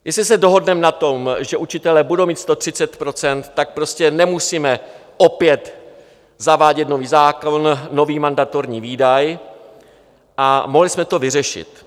Jestli se dohodneme na tom, že učitelé budou mít 130 %, tak nemusíme opět zavádět nový zákon, nový mandatorní výdaj, a mohli jsme to vyřešit.